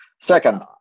second